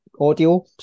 audio